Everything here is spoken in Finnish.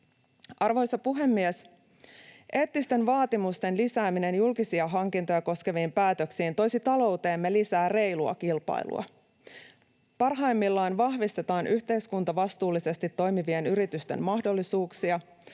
Arvoisa puhemies! Eettisten vaatimusten lisääminen julkisia hankintoja koskeviin päätöksiin toisi talouteemme lisää reilua kilpailua. Parhaimmillaan vahvistetaan yhteiskuntavastuullisesti toimivien yritysten mahdollisuuksia.